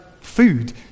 food